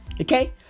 okay